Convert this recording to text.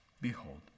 Behold